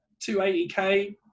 280k